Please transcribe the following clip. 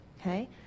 Okay